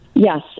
yes